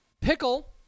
Pickle